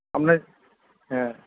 আপনার হ্যাঁ